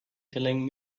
telling